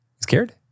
Scared